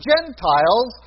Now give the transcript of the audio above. Gentiles